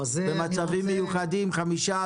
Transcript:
במצבים מיוחדים חמישה,